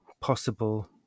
possible